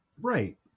Right